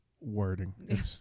wording